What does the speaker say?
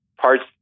parts